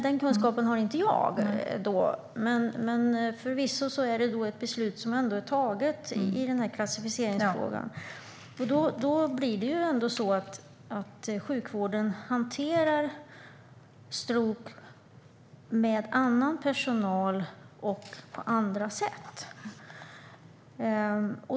Den kunskapen har inte jag, men förvisso är detta ett beslut som ändå är fattat i klassificeringsfrågan. Då blir det ändå så att sjukvården hanterar stroke med annan personal och på andra sätt.